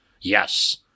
Yes